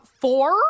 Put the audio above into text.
Four